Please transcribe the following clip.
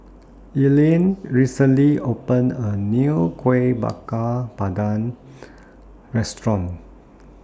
Erline recently opened A New Kuih Bakar Pandan Restaurant